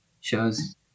shows